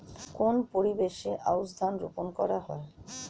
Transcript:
কোন পরিবেশে আউশ ধান রোপন করা হয়?